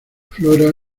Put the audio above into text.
flora